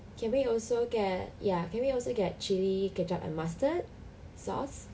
can we also get ya can we also get chilli ketchup and mustard sauce